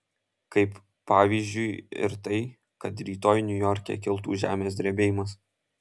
kaip pavyzdžiui ir tai kad rytoj niujorke kiltų žemės drebėjimas